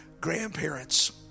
grandparents